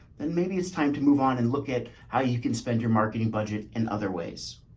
then maybe it's time to move on and look at how you can spend your marketing budget and other ways.